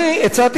הצעתי